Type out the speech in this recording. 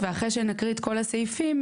ואחרי שנקריא את כל הסעיפים,